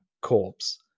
corpse